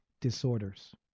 disorders